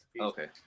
Okay